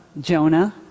Jonah